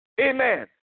amen